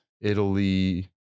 Italy